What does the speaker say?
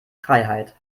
freiheit